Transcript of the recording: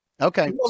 Okay